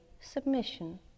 submission